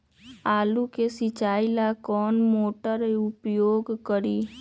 आलू के सिंचाई ला कौन मोटर उपयोग करी?